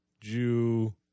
Jew